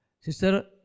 Sister